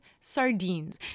sardines